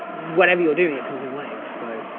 whatever you're doing, it comes in waves. so,